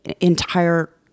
entire